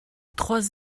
trois